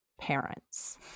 parents